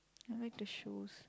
I like the shoes